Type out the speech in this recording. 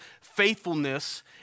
faithfulness